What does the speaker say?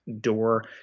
door